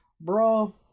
bro